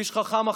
איש חכם אחר,